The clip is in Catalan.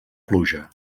pluja